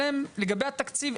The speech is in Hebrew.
לגבי התקציב,